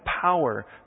power